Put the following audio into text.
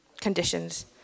conditions